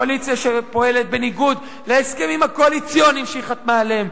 קואליציה שפועלת בניגוד להסכמים הקואליציוניים שהיא חתמה עליהם.